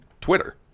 Twitter